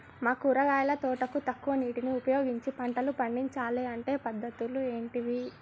మా కూరగాయల తోటకు తక్కువ నీటిని ఉపయోగించి పంటలు పండించాలే అంటే పద్ధతులు ఏంటివి?